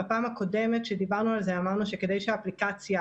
בפעם הקודמת שדיברנו על זה אמרנו שכדי שיהיה